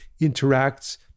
interacts